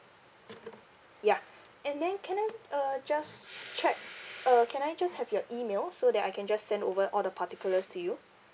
ya and then can I uh just check uh can I just have your email so that I can just send over all the particulars to you